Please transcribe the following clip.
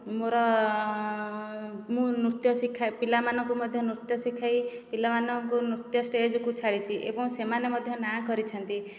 ମୋର ମୁଁ ନୃତ୍ୟ ଶିଖାଏ ପିଲାମାନଙ୍କୁ ମଧ୍ୟ ନୃତ୍ୟ ଶିଖାଇ ପିଲାମାନଙ୍କୁ ନୃତ୍ୟ ଷ୍ଟେଜକୁ ଛାଡ଼ିଛି ଏବଂ ସେମାନେ ମଧ୍ୟ ନାଁ କରିଛନ୍ତି